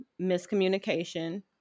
miscommunication